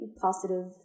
positive